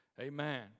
Amen